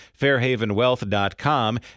fairhavenwealth.com